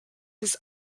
his